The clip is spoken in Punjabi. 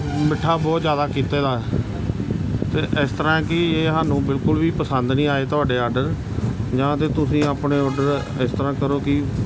ਮਿੱਠਾ ਬਹੁਤ ਜ਼ਿਆਦਾ ਕੀਤੇ ਦਾ ਫਿਰ ਇਸ ਤਰ੍ਹਾਂ ਕਿ ਇਹ ਸਾਨੂੰ ਬਿਲਕੁਲ ਵੀ ਪਸੰਦ ਨਹੀਂ ਆਏ ਤੁਹਾਡੇ ਆਰਡਰ ਜਾਂ ਤਾਂ ਤੁਸੀਂ ਆਪਣੇ ਆਰਡਰ ਇਸ ਤਰ੍ਹਾਂ ਕਰੋ ਕਿ